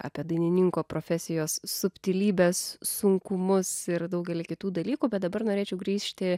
apie dainininko profesijos subtilybes sunkumus ir daugelį kitų dalykų bet dabar norėčiau grįžti